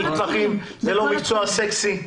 כאשר אין מתמחים כי זה לא מקצוע סקסי.